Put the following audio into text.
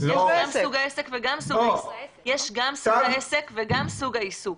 יש גם סוג עסק וגם סוג העיסוק.